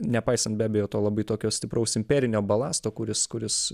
nepaisant be abejo to labai tokio stipraus imperinio balasto kuris kuris